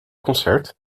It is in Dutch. concert